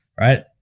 right